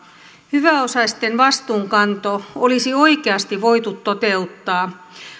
hyväosaisten vastuunkanto olisi oikeasti voitu toteuttaa